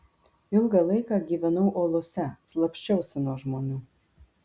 ilgą laiką gyvenau olose slapsčiausi nuo žmonių